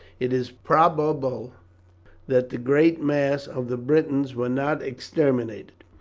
it is probable that the great mass of the britons were not exterminated.